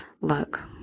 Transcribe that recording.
Look